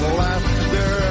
laughter